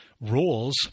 rules